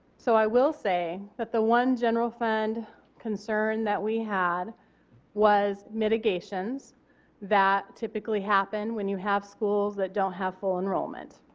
so i will say that the one general fund concern that we have was mitigations that typically happen when you have schools that don't have full enrollment.